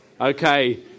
Okay